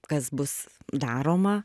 kas bus daroma